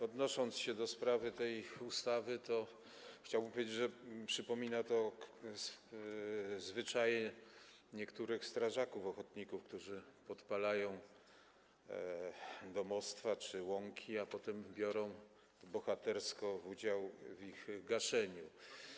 Odnosząc się do sprawy tej ustawy, chciałbym powiedzieć, że przypomina to zwyczaje niektórych strażaków ochotników, którzy podpalają domostwa czy łąki, a potem biorą bohatersko udział w ich gaszeniu.